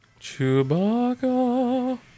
Chewbacca